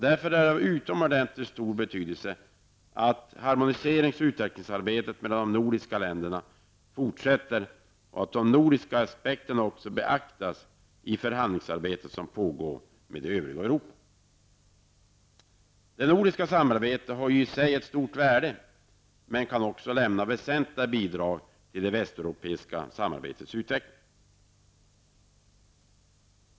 Det är därför av utomordentligt stor betydelse att harmoniseringsoch utvecklingsarbetet mellan de nordiska länderna fortsätter och att de nordiska aspekterna beaktas i det förhandlingsarbete som pågår med det övriga Det nordiska samarbetet har ett stort värde i sig, men det kan också lämna väsentliga bidrag till det västeuropeiska samarbetets utveckling.